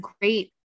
great